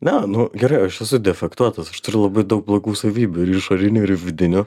ne nu gerai aš esu defektuotas aš turiu labai daug blogų savybių ir išorinių ir vidinių